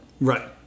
Right